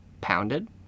pounded